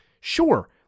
sure